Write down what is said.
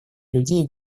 людей